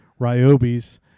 Ryobi's